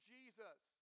Jesus